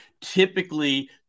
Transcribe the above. Typically